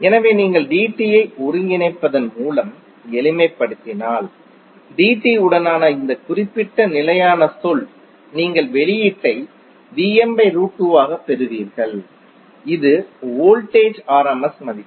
எனவே நீங்கள் dt ஐ ஒருங்கிணைப்பதன் மூலம் எளிமைப்படுத்தினால் dt உடனான இந்த குறிப்பிட்ட நிலையான சொல் நீங்கள் வெளியீட்டை ஆகப் பெறுவீர்கள் இது வோல்டேஜ் rms மதிப்பு